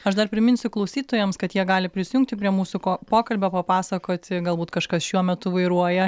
aš dar priminsiu klausytojams kad jie gali prisijungti prie mūsų ko pokalbio papasakoti galbūt kažkas šiuo metu vairuoja